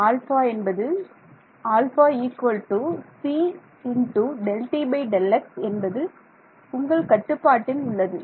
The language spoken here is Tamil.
ஆல்பா என்பது α cΔtΔx என்பது உங்கள் கட்டுப்பாட்டில் உள்ளது